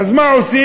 אז מה עושים?